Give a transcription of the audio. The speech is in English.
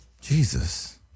Jesus